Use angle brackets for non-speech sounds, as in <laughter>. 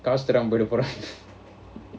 காசுதராமபோய்டபோறாங்க:kaasu tharaama pooida poranga <laughs>